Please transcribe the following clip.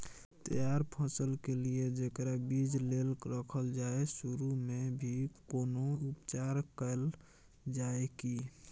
तैयार फसल के लिए जेकरा बीज लेल रखल जाय सुरू मे भी कोनो उपचार कैल जाय की?